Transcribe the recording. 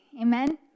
amen